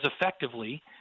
effectively